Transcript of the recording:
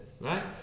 right